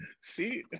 See